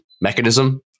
mechanism